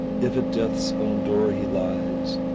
if at death's own door he lies,